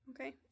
Okay